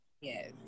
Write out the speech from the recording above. Yes